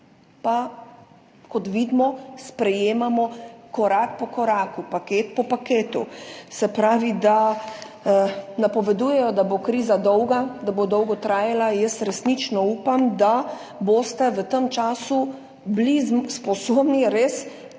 Kot vidimo, sprejemamo korak po koraku, paket po paketu. Napovedujejo, da bo kriza dolga, da bo dolgo trajala, jaz resnično upam, da boste v tem času bili sposobni res